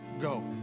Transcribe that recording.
go